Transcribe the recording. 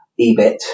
EBIT